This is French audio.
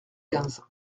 quinze